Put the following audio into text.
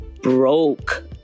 broke